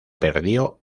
perdió